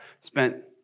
spent